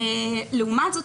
לעומת זאת,